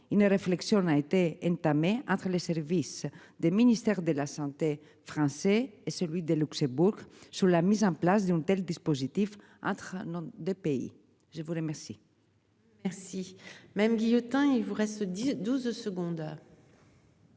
ne réflexion n'a été entamé entre les services des ministères de la Santé français et celui des Luxembourg sur la mise en place d'un tel dispositif entre nos 2 pays, je vous remercie. Merci même Guillotin, il voudrait se disent 12 secondes.